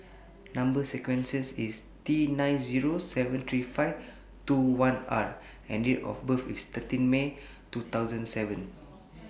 Number sequence IS T nine Zero seven three five two one R and Date of birth IS thirteen March two thousand and seven